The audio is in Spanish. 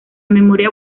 memoria